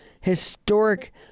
historic